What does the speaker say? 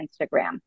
Instagram